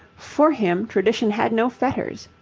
for him tradition had no fetters.